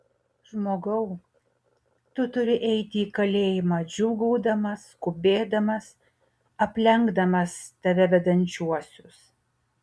žmogau tu turi eiti į kalėjimą džiūgaudamas skubėdamas aplenkdamas tave vedančiuosius